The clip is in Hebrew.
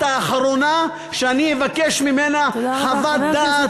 את האחרונה שאני אבקש ממנה חוות דעת,